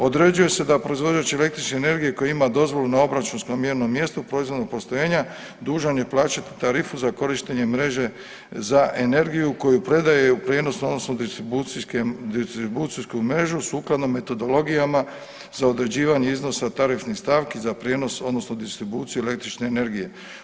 Određuje se da proizvođač električne energije koji ima dozvolu na obračunskom mjernom mjestu proizvodnog postrojenja, dužan je plaćati tarifu za korištenje mreže za energiju koju predaje u prijenos odnosno distribucijsku mrežu sukladno metodologijama za određivanje iznosa tarifnih stavki za prijenos odnosno distribuciju električne energije.